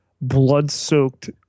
blood-soaked